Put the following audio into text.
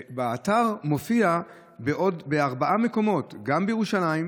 באתר מופיע בארבעה מקומות: גם בירושלים,